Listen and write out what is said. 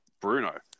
Bruno